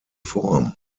form